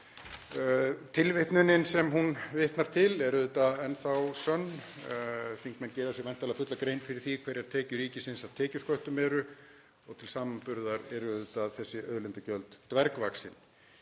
Tilvitnunin sem hún vitnar til er auðvitað enn þá sönn. Þingmenn gera sér væntanlega fulla grein fyrir því hverjar tekjur ríkisins af tekjusköttum eru. Til samanburðar eru þessi auðlindagjöld auðvitað dvergvaxin.